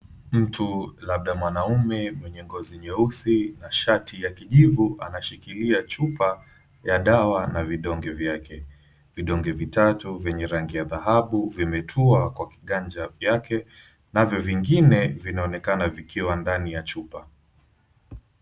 Mtu labda mwanaume mwenye ngozi nyeusi na shati ya kijivu anashikilia chupa ya dawa na vidonge vyake. Vidonge vitatu vyenye rangi ya dhahabu vimetua kwa kiganja vyake navyo vingine vinaonekana vikiwa ndani ya chupa.